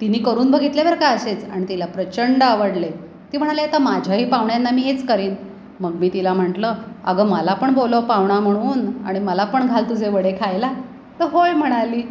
तिने करून बघितले बरं का असेच आणि तिला प्रचंड आवडले ती म्हणाली आता माझ्याही पाहुण्यांना मी हेच करेन मग मी तिला म्हटलं अगं मला पण बोलव पाहुणा म्हणून आणि मला पण घाल तुझे वडे खायला तर होय म्हणाली